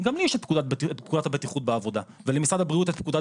גם לי יש את פקודת הבטיחות בעבודה ולמשרד הבריאות יש פקודת